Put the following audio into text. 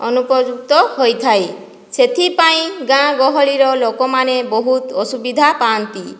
ଅନୁପଯୁକ୍ତ ହୋଇଥାଏ ସେଇଥିପାଇଁ ଗାଁଗହଳିର ଲୋକମାନେ ବହୁତ ଅସୁବିଧା ପାଆନ୍ତି